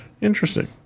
Interesting